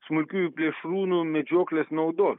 smulkiųjų plėšrūnų medžioklės naudos